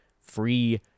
free